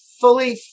fully